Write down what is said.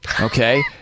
Okay